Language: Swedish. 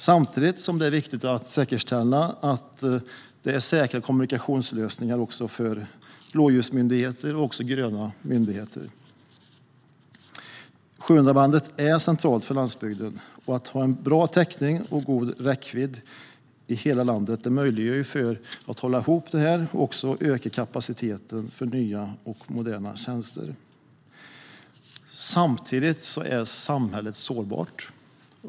Samtidigt är det viktigt att säkerställa säkra kommunikationslösningar också för blåljusmyndigheter och gröna myndigheter. 700-bandet är centralt för landsbygden, och att ha bra täckning och god räckvidd i hela landet gör det möjligt att hålla ihop detta och också öka kapaciteten för nya och moderna tjänster. Samtidigt är samhället sårbart.